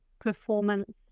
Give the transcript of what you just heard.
performance